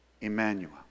Emmanuel